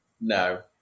No